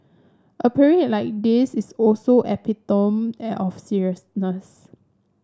a parade like this is also epitome of seriousness